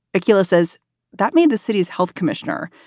akilah says that made the city's health commissioner,